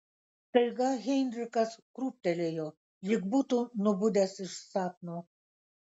staiga heinrichas krūptelėjo lyg būtų nubudęs iš sapno